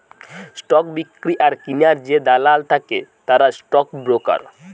stock বিক্রি আর কিনার যে দালাল থাকে তারা স্টক ব্রোকার